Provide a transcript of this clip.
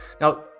now